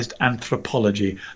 anthropology